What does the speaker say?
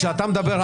כשאתה מדבר,